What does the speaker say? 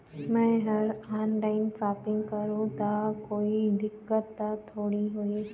मैं हर online shopping करू ता कोई दिक्कत त थोड़ी होही?